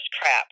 crap